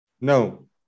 No